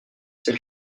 c’est